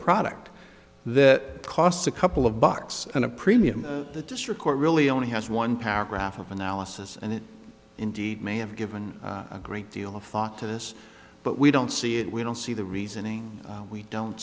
product that costs a couple of bucks and a premium the district court really only has one paragraph of analysis and it indeed may have given a great deal of thought to this but we don't see it we don't see the reasoning we don't